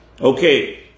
okay